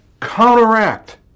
counteract